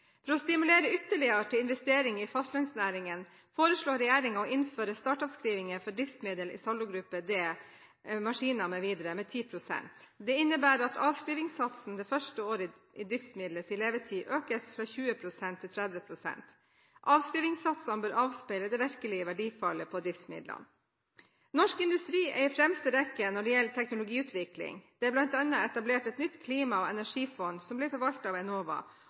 For å stimulere ytterligere til investering i fastlandsnæringen foreslår regjeringen å innføre startavskrivninger for driftsmiddel i saldogruppe d, maskiner mv., med 10 pst. Det innebærer at avskrivningssatsen det første året i driftsmidlets levetid økes fra 20 pst. til 30 pst. Avskrivningssatsene bør avspeile det virkelige verdifallet på driftsmidlene. Norsk industri er i fremste rekke når det gjelder teknologiutvikling. Det er bl.a. etablert et nytt klima- og energifond som blir forvaltet av Enova,